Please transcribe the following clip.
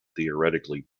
theoretically